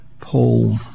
Paul